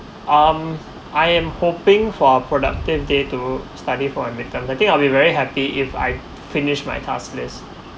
um I am hoping for productive day to study for a mid term I think I'll be very happy if I finish my task lists